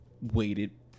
waited